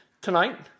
tonight